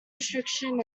restriction